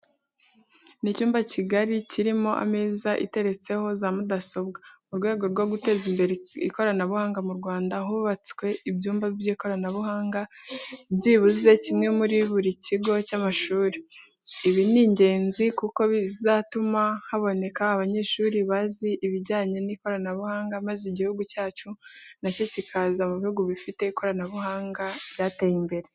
Ni icyumba kigari kirimo imeza iteretseho za mudasobwa. Mu rwego rwo guteza imbere ikoranabuhanga mu Rwanda hubatswe ibyumba by'ikoranabuhanga, byibuze kimwe muri buri kigo cy'amashuri. Ibi ni ingenzi kuko bizatuma haboneka abanyeshuri bazi ibyijyanye n'ikoranabuhanga, maze Igihugu cyacu na cyo kikaza mu bihugu bifite ikoranabuhanga ryateye imbere.